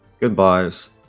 goodbyes